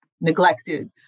neglected